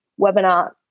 webinar